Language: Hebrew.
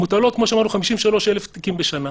וכמו שאמרנו, יש 53,000 פניות בשנה.